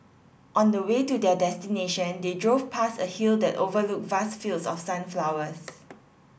on the way to their destination they drove past a hill that overlooked vast fields of sunflowers